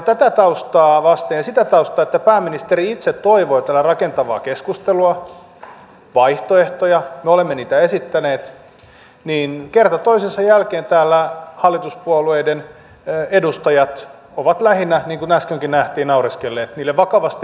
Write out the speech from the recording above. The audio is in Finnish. tätä taustaa vasten ja sitä taustaa että pääministeri itse toivoi täällä rakentavaa keskustelua vaihtoehtoja me olemme niitä esittäneet ihmettelen että kerta toisensa jälkeen täällä hallituspuolueiden edustajat ovat lähinnä niin kuin äskenkin nähtiin naureskelleet niille vakavasti esitetyille vaihtoehdoille